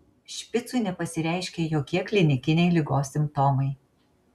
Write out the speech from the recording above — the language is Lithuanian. špicui nepasireiškė jokie klinikiniai ligos simptomai